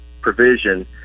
provision